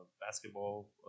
basketball